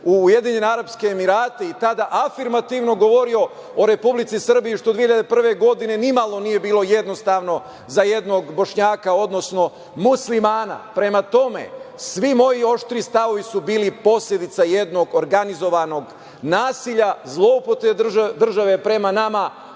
u Ujedinjene Arapske Emirate i tada afirmativno govorio o Republici Srbiji, što 2001. godine nije nimalo bilo jednostavno za jednog Bošnjaka, odnosno Muslimana. Prema tome, svi moji oštri stavovi su bili posledica jednog organizovanog nasilja, zloupotrebe države prema nama,